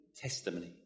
testimony